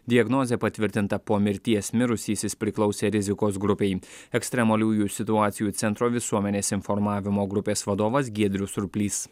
diagnozė patvirtinta po mirties mirusysis priklausė rizikos grupei ekstremaliųjų situacijų centro visuomenės informavimo grupės vadovas giedrius surplys